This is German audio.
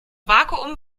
vakuum